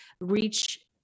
reach